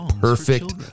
perfect